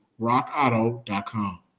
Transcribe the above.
Rockauto.com